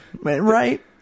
right